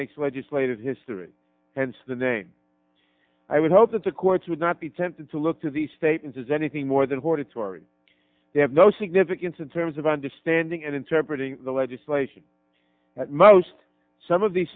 makes legislative history hence the name i would hope that the courts would not be tempted to look to these statements as anything more than hortatory they have no significance in terms of understanding and interpret the legislation that most some of the